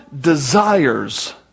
desires